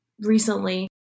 recently